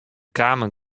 kamen